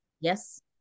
Yes